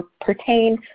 pertain